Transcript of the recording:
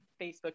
Facebook